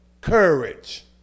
Courage